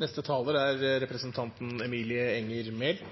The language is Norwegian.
Jeg kan informere statsråden om at det vi debatterer her, er